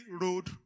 Road